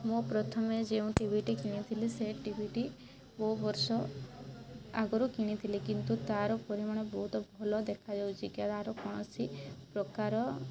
ମୁଁ ପ୍ରଥମେ ଯେଉଁ ଟିଭିଟି କିଣିଥିଲି ସେ ଟିଭିଟି ବହୁ ବର୍ଷ ଆଗରୁ କିଣିଥିଲି କିନ୍ତୁ ତା'ର ପରିମାଣ ବହୁତ ଭଲ ଦେଖାଯାଉଛି ତା'ର କୌଣସି ପ୍ରକାର